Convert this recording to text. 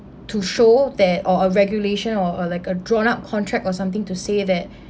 to show that or a regulation or or like a drawn up contract or something to say that